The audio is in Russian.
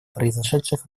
произошедших